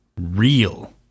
real